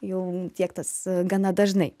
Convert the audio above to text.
jau tiektas gana dažnai